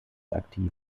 aktiv